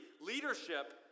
leadership